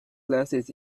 glasses